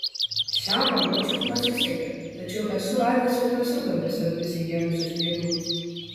šiam raguočiui pasisekė tačiau esu radęs ir tose duobėse prigėrusių stirnų